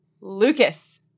Lucas